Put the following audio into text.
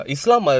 Islam